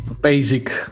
basic